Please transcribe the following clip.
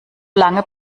lange